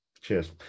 Cheers